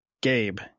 Gabe